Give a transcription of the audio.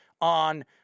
on